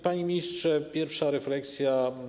Panie ministrze, pierwsza refleksja.